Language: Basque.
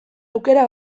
aukera